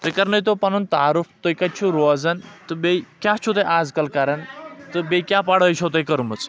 تُہۍ کرنٲے تو پنُن تعارُف تُہۍ کتہِ چھو روزان تہٕ بیٚیہِ کیٛاہ چھُ تُہۍ آز کل کران تہٕ بیٚیہِ کیٛاہ پڑٲے چھو تۄہہِ کٔرمٕژ